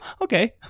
Okay